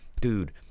Dude